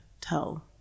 tell